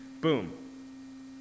Boom